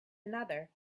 another